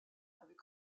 avec